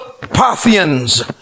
Parthians